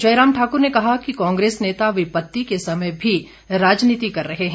जयराम ठाक्र ने कहा कि कांग्रेस नेता विपत्ति के समय में भी राजनीति कर रहे हैं